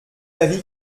avis